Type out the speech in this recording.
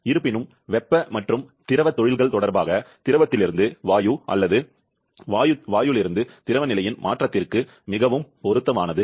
இருப்பினும் வெப்ப மற்றும் திரவத் தொழில்கள் தொடர்பாக திரவத்திலிருந்து வாயு அல்லது வாயு முதல் திரவ நிலையின் மாற்றத்திற்கு மிகவும் பொருத்தமானது